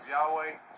Yahweh